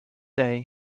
day